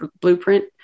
blueprint